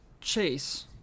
Chase